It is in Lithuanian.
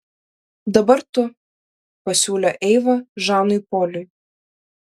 dabar tu pasiūlė eiva žanui poliui